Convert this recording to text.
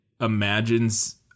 imagines